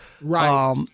right